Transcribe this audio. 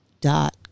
dot